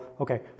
okay